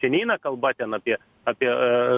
čia neina kalba ten apie apie